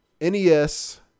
NES